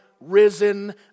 risen